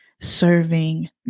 serving